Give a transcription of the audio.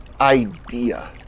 idea